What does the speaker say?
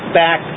back